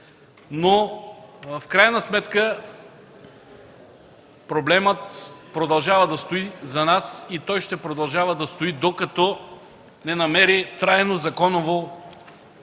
В крайна сметка проблемът продължава да стои за нас и той ще продължава да стои, докато не намери трайно законово решение